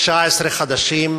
19 חדשים,